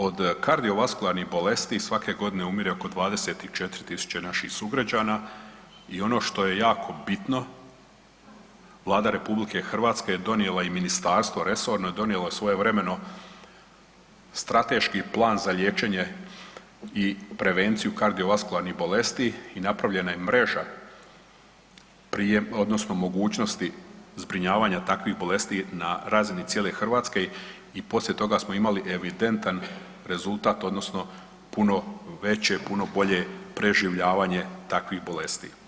Od kardiovaskularnih bolesti svake godine umire oko 24.000 naših sugrađana i ono što je jako bitno Vlada RH je donijela i ministarstvo resorno je donijelo svojevremeno strateški plan za liječenje i prevenciju kardiovaskularnih bolesti i napravljena je mreža odnosno mogućnosti zbrinjavanja takvih bolesti na razini cijele Hrvatske i poslije toga smo imali evidentan rezultat odnosno puno veće, puno bolje preživljavanje takvih bolesti.